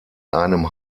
einem